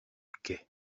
quai